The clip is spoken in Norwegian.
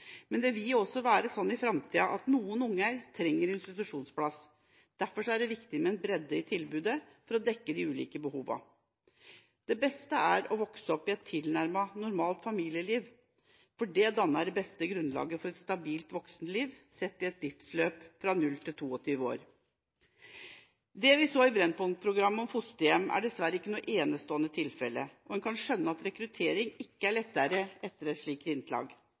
vil også være slik i framtida at noen barn trenger institusjonsplass. Derfor er det viktig med bredde i tilbudet for å dekke de ulike behovene. Det beste er å vokse opp i et tilnærmet normalt familieliv, for det danner det beste grunnlaget for et stabilt voksenliv, sett i et livsløp fra 0–22 år. Det vi så i Brennpunkt-programmet om fosterhjem, er dessverre ikke noe enestående tilfelle, og en kan skjønne at rekruttering ikke blir lettere etter et slikt